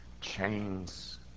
chains